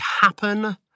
happen